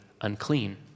unclean